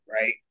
right